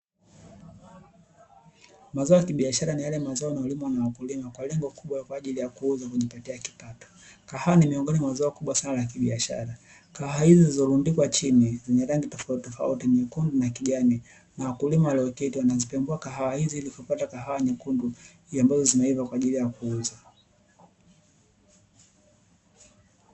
Mazao ya kibiashara ni yale mazao yanayolimwa na wakulima kwa lengo kubwa kwa ajili ya kuuza na kujipatia kipato. Kahawa ni miongoni mwa zao kubwa sana la biashara, kahawa hizi zilizorundikwa chini zenye rangi tofauti tofauti zenye nyekundu na kijani na wakulima walioketi wanazipembua kahawa hizi kupata kahawa nyekundu ambazo zimeiva kwa ajili ya kuuza.